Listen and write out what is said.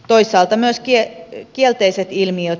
toisaalta myös kielteiset ilmiöt leviävät